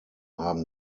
haben